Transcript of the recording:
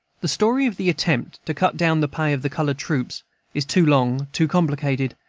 the story of the attempt to cut down the pay of the colored troops is too long, too complicated,